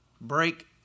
break